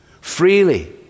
freely